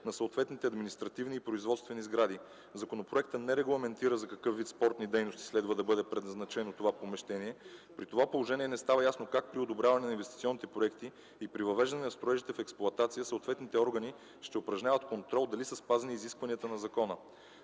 на съответните административни и производствени сгради. Законопроектът не регламентира за какъв вид спортни дейности следва да бъде предназначено това помещение. При това положение не става ясно как при одобряване на инвестиционните проекти и при въвеждане на строежите в експлоатация съответните органи ще упражняват контрол дали са спазени изискванията на закона.